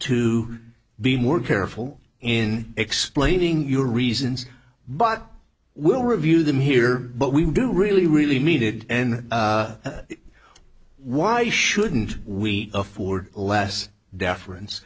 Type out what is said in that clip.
to be more careful in explaining your reasons but we'll review them here but we do really really needed n why shouldn't we afford less deference